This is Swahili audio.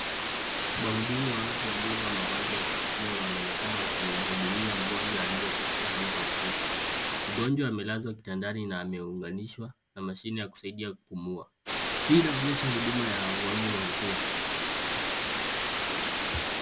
Wahudumu wa afya waliovaa mavazi ya kujikinga wanaonekana wakimhudumia mgonjwa aliye katika hali mahututi. Mgonjwa amelazwa kitandani na ameunganishwa na mashine ya kusaidia kupumua. Hii inaonyesha huduma ya wagonjwa mahututi.